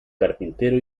carpintero